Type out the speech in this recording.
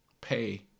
pay